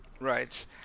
Right